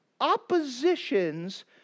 oppositions